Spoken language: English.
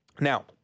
Now